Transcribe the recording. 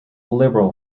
liberal